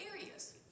areas